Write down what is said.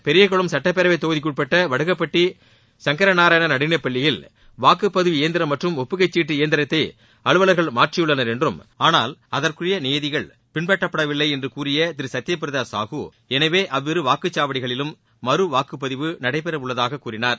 பெரியகுளம் சுட்டப்பேரவை தொகுதிக்குட்பட்ட வடுகப்பட்ட சங்கரநாராயணா நடுநிலைப்பள்ளியில் வாக்குப்பதிவு இயந்திரம் மற்றும் ஒப்புகைச்சீட்டு இயந்திரத்தை அலுவலர்கள் மாற்றியுள்ளனர் என்றும் ஆனால் அதற்குரிய நியதிகள் பின்பற்றப்படவில்லை என்றும் கூறிய திரு சத்யபிரத சாஹூ எனவே அவ்விரு வாக்குச்சாவடிகளிலும் மறுவாக்குப்பதிவு நடைபெறவுள்ளதாக கூறினார்